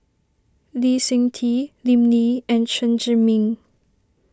Lee Seng Tee Lim Lee and Chen Zhiming